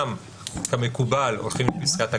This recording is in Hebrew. גם כמקובל, הולכים לפסקת הגבלה,